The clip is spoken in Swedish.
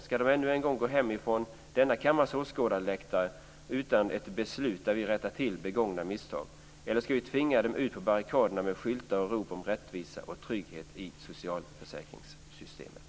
Ska de ännu en gång gå hem från denna kammares åskådarläktare utan ett beslut där vi rättar till begångna misstag, eller ska vi tvinga ut dem på barrikaderna med skyltar och rop om rättvisa och trygghet i socialförsäkringssystemet?